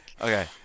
okay